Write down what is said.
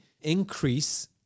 increase